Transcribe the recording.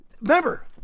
Remember